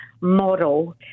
model